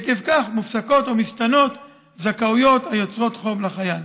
ועקב כך מופסקות או משתנות זכאויות ויוצרות חוב לחייל.